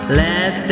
let